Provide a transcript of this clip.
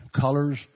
colors